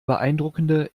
beeindruckende